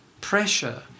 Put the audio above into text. pressure